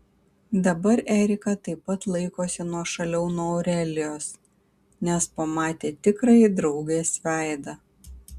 dabar erika taip pat laikosi nuošaliau nuo aurelijos nes pamatė tikrąjį draugės veidą